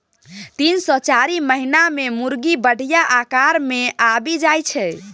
तीन सँ चारि महीना मे मुरगी बढ़िया आकार मे आबि जाइ छै